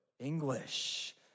English